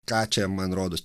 ką čia man rodos